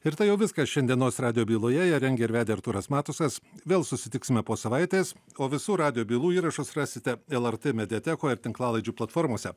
ir tai jau viskas šiandienos radijo byloje ją rengė ir vedė artūras matusas vėl susitiksime po savaitės o visų radijo bylų įrašus rasite lrt mediateko ir tinklalaidžių platformose